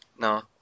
No